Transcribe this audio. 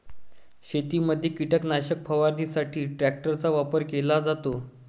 शेतीमध्ये कीटकनाशक फवारणीसाठी ट्रॅक्टरचा वापर केला जातो